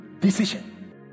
Decision